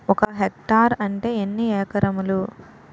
ఒక హెక్టార్ అంటే ఎన్ని ఏకరములు?